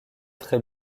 très